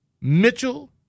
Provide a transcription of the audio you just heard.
Mitchell